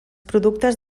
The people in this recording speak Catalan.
productes